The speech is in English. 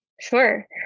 Sure